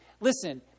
listen